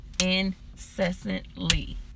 incessantly